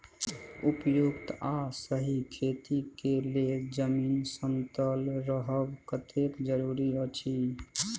उपयुक्त आ सही खेती के लेल जमीन समतल रहब कतेक जरूरी अछि?